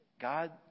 God